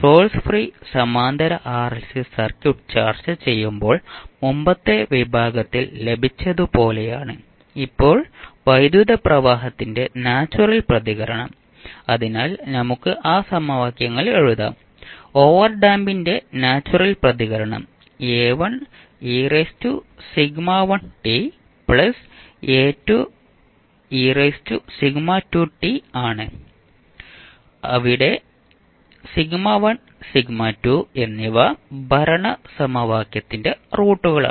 source free സമാന്തര RLC circuit ചർച്ചചെയ്യുമ്പോൾ മുമ്പത്തെ വിഭാഗത്തിൽ ലഭിച്ചതുപോലെയാണ് ഇപ്പോൾ വൈദ്യുതപ്രവാഹത്തിന്റെ നാച്ചുറൽ പ്രതികരണം അതിനാൽ നമുക്ക് ആ സമവാക്യങ്ങൾ എഴുതാം ഓവർഡാമ്പിൻറെ നാച്ചുറൽ പ്രതികരണം ആണ് ഇവിടെ എന്നിവ ഭരണ സമവാക്യത്തിന്റെ റൂട്ടുകളാണ്